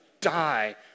die